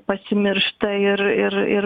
pasimiršta ir ir ir